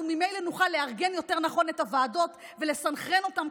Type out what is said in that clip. אנחנו ממילא נוכל לארגן יותר נכון את הוועדות ולסנכרן אותן,